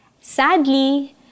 Sadly